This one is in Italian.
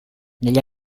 negli